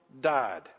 died